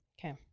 Okay